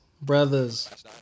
brothers